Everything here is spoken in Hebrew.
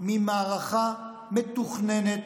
ממערכה מתוכננת,